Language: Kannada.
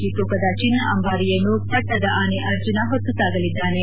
ಜಿ ತೂಕದ ಚಿನ್ನ ಅಂಬಾರಿಯನ್ನು ಪಟ್ಟದ ಆನೆ ಅರ್ಜುನ ಹೊತ್ತು ಸಾಗಲಿದ್ದಾನೆ